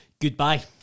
goodbye